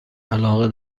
علاقه